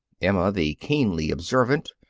emma, the keenly observant,